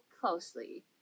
closely